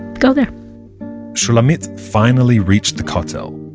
go there shulamit finally reached the kotel.